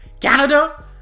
Canada